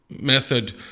method